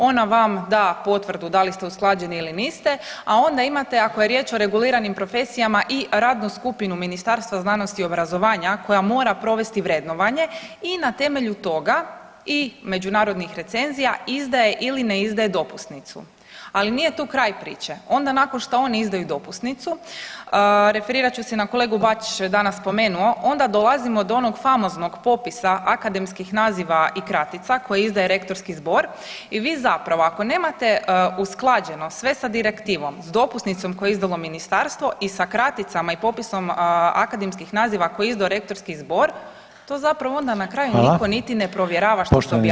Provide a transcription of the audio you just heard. Ona vam da potvrdu da li ste usklađeni ili niste, a onda imate ako je riječ o reguliranim profesijama i radnu skupinu Ministarstva znanosti i obrazovanja koja mora provesti vrednovanje i na temelju toga i međunarodnih recenzija izdaje ili ne izdaje dopusnicu, ali nije tu kraj priče, onda nakon šta oni izdaju dopusnicu, referirat ću se na kolegu Bačića što je danas spomenuo, onda dolazimo do onog famoznog popisa akademskih naziva i kratica koje izdaje rektorski zbor i vi zapravo ako nemate usklađeno sve sa direktivom s dopusnicom koju je izdalo ministarstvom i sa kraticama i popisom akademskih naziva koje je izdao rektorski zbor to zapravo onda na kraju nitko niti ne provjerava što se objavljuje.